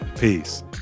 Peace